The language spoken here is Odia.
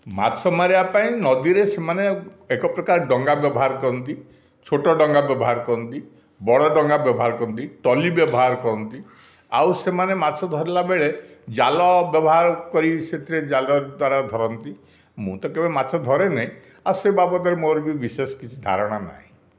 ମାଛ ମାରିବା ପାଇଁ ନଦୀରେ ସେମାନେ ଏକ ପ୍ରକାର ଡଙ୍ଗା ବ୍ୟବହାର କରନ୍ତି ଛୋଟ ଡଙ୍ଗା ବ୍ୟବହାର କରନ୍ତି ବଡ଼ ଡଙ୍ଗା ବ୍ୟବହାର କରନ୍ତି ଟଲି ବ୍ୟବହାର କରନ୍ତି ଆଉ ସେମାନେ ମାଛ ଧରିଲା ବେଳେ ଜାଲ ବ୍ୟବହାର କରି ସେଥିରେ ଜାଲ ଦ୍ୱାରା ଧରନ୍ତି ମୁଁ ତ କେବେ ମାଛ ଧରେ ନାହିଁ ଆଉ ସେ ବାବଦରେ ମୋର ବି ବିଶେଷ କିଛି ଧାରଣା ନାହିଁ